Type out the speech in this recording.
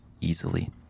easily